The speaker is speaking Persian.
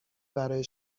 برای